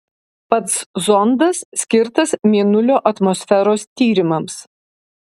pats zondas skirtas mėnulio atmosferos tyrimams